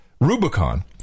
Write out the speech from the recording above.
Rubicon